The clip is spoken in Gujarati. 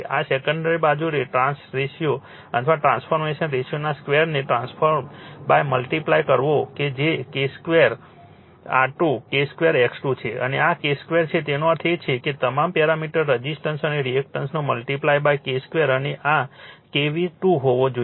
અને સેકન્ડરી બાજુએ ટ્રાંસ રેશિયો અથવા ટ્રાન્સફોર્મેશન રેશિયોના સ્ક્વેરને ટ્રાન્સફોર્મમલ્ટીપ્લાય કરવો કે જે K2 R2 K2 X2 છે અને આ K2 છે તેનો અર્થ એ છે કે તમામ પેરામીટર્સ રઝિસ્ટન્સ અને રિએક્ટન્સનો મલ્ટીપ્લાય K2 અને આ KV2 હોવો જોઈએ